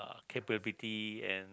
capability and